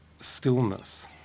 stillness